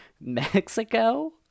Mexico